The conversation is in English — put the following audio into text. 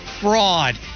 fraud